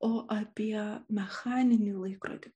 o apie mechaninį laikrodį